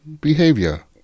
Behavior